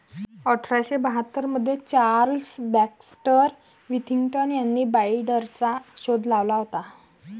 अठरा शे बाहत्तर मध्ये चार्ल्स बॅक्स्टर विथिंग्टन यांनी बाईंडरचा शोध लावला होता